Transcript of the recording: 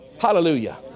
Hallelujah